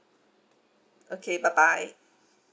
okay bye bye